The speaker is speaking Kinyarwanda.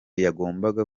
yagombaga